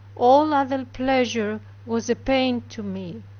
all other pleasure was a pain to me.